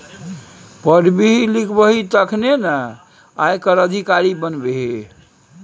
पढ़बिही लिखबिही तखने न आयकर अधिकारी बनबिही